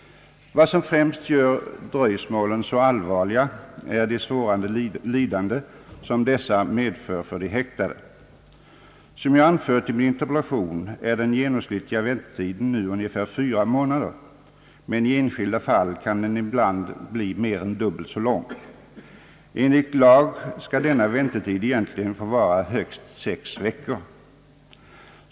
Vad som främst gör dröjsmålen så allvarliga är de svåra lidanden som dessa medför för de häktade. Som jag anfört i min interpellation är den genomsnittliga väntetiden nu ungefär fyra månader, men i enskilda fall kan den ibland bli mer än dubbelt så lång. Enligt lag skall denna väntetid egentligen få vara högst sex veckor.